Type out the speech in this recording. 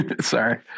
Sorry